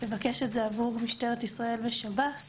לבקש את זה עבור משטרת ישראל ושב"ס,